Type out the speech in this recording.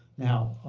now,